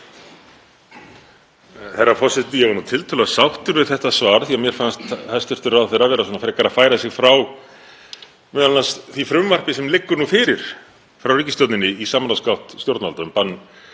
Herra forseti. Ég er tiltölulega sáttur við þetta svar því að mér fannst hæstv. ráðherra vera svona frekar að færa sig frá því frumvarpi sem liggur nú fyrir frá ríkisstjórninni í samráðsgátt stjórnvalda, um bann